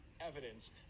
evidence